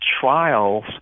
trials